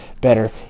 better